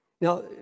now